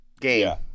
game